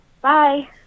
Bye